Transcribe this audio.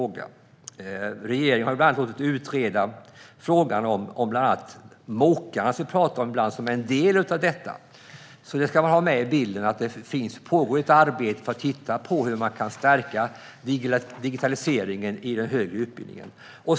Regeringen har bland annat låtit utreda MOOC som vi ibland talar om som en del av detta. Man ska ha med i bilden att det pågår ett arbete för att titta på hur man kan stärka digitaliseringen i den högre utbildningen.